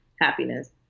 happiness